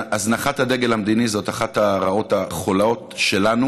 הזנחת הדגל המדיני זאת אחת הרעות החולות שלנו